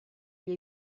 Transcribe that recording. gli